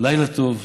לילה טוב,